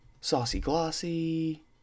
saucy-glossy